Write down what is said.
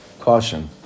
caution